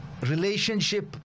relationship